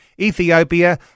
Ethiopia